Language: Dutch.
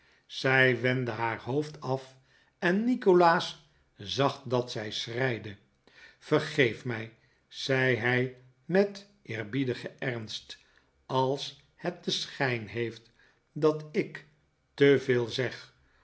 zij wendde haar hoofd af en nikolaas zag dat zij schreide vergeef mij zei hij met eerbiedigen ernst als het den schijn heeft dat ik te veel zeg